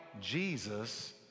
jesus